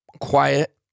quiet